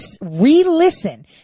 re-listen